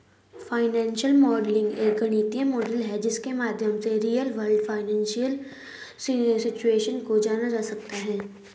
financial modelling एक गणितीय model है जिसके माध्यम से रियल वर्ल्ड फाइनेंशियल सिचुएशन को जाना जाता है